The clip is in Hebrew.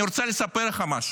אני רוצה לספר לך משהו,